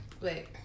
wait